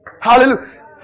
Hallelujah